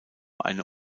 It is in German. eine